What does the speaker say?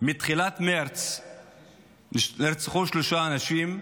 מתחילת מרץ נרצחו שלושה אנשים.